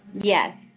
Yes